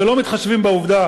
ולא מתחשבים בעובדה,